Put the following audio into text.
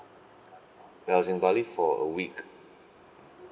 I was in bali for a week